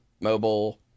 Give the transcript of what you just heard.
mobile